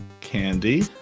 Candy